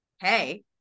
hey